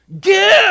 Give